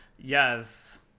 Yes